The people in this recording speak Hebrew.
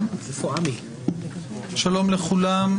שלום לכולם,